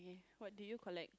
what do you collect